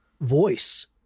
voice